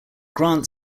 grant